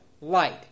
light